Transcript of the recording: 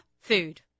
food